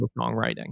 songwriting